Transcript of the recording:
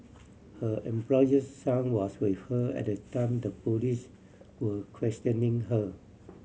her employer's son was with her at the time the police were questioning her